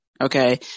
okay